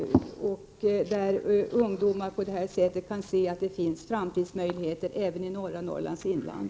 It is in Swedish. På detta sätt kan ungdomarna se att det finns framtidsmöjligheter även i norra Norrlands inland.